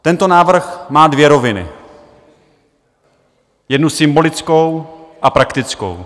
Tento návrh má dvě roviny, jednu symbolickou a jednu praktickou.